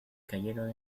cayeron